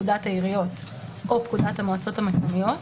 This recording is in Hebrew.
פקודת העיריות או פקודת המועצות המקומיות,